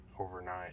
overnight